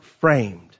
framed